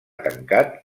tancat